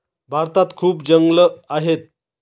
भारतात खूप जंगलं आहेत